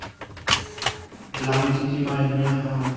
ᱞᱟᱝᱛᱤᱛᱤ ᱢᱟᱹᱭ ᱱᱩᱭᱟᱜ ᱦᱚᱸ